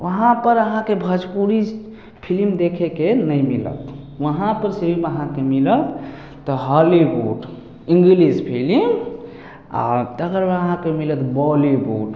वहाँ पर अहाँके भजपुरी फिलिम देखेके नहि मिलत वहाँ पर सिर्फ अहाँके मिलत तऽ हॉलीवुड इंगलिश फिलिम आ तकर बाद अहाँके मिलत हाॅलीवुड